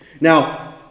Now